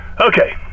Okay